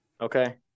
Okay